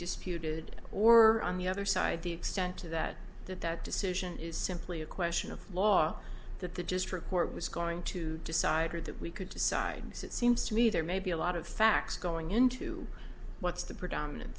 disputed or on the other side the extent to that that that decision is simply a question of law that the district court was going to decide or that we could decide this it seems to me there may be a lot of facts going into what's the predominant